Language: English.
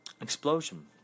explosion